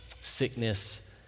sickness